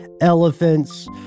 elephants